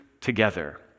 together